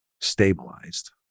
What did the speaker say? stabilized